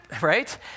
right